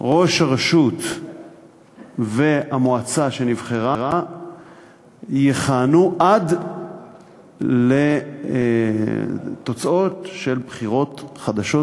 ראש הרשות והמועצה שנבחרה יכהנו עד לתוצאות של בחירות חדשות,